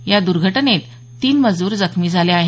या दुर्घटनेत तीन मजूर जखमी झाले आहेत